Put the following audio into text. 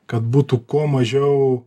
kad būtų kuo mažiau